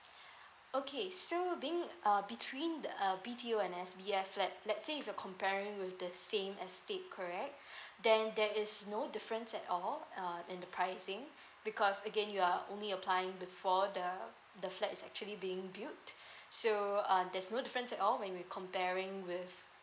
okay so being uh between a B_T_O and S_B_F flat let's say if you're comparing with the same estate correct then there is no difference at all uh and the pricing because again you are only applying before the the flat is actually being built so err there's no difference at all when we comparing with